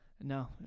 No